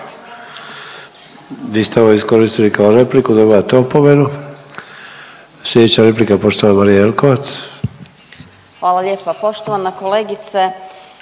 ovo iskoristili kao repliku, dobivate opomenu. Slijedeća replika poštovana Marija Jelkovac. **Jelkovac, Marija